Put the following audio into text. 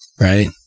Right